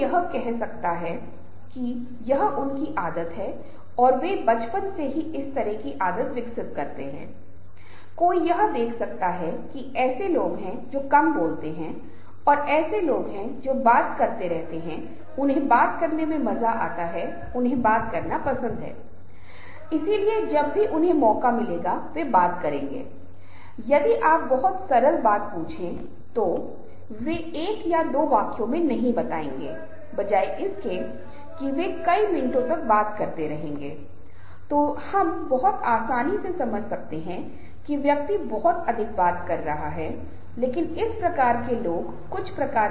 समूह में दो तीन चीजें बहुत महत्वपूर्ण हैं एक यह है कि जब हम लोगों को एक साथ रखते हैं तो हमें यह देखना होगा कि वे एक जैसे दिमाग वाले व्यक्तियों की तरह हैं साथ में कुछ को प्राप्त करने के लिए कुछ लक्ष्य कुछ कार्य वहाँ प्रदर्शन किया जाना है और फिर चर्चा के माध्यम से विभिन्न प्रक्रिया के माध्यम से वे उस काम को करने की कोशिश कर रहे हैं और सबसे महत्वपूर्ण यह है कि समूह के सदस्य एक दूसरे के साथ संवाद कर रहे हैं एक दूसरे के साथ साझा कर रहे हैं आत्म प्रकटीकरण हो रहा है